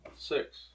Six